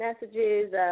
messages